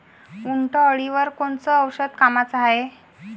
उंटअळीवर कोनचं औषध कामाचं हाये?